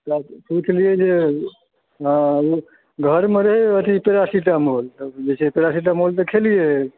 पुछलियै जे घरमे रहै पैरासिटामोल जे छै से पैरासिटामोल तऽ खेलियै